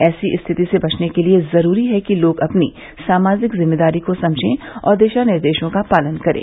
ऐसी रिथित से बचने के लिए जरूरी है कि लोग अपनी सामाजिक जिम्मेदारी को समझें और दिशा निर्देशों का पालन करें